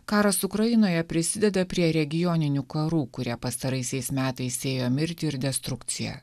karas ukrainoje prisideda prie regioninių karų kurie pastaraisiais metais sėjo mirtį ir destrukciją